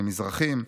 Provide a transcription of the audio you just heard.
למזרחים,